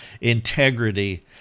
integrity